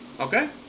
okay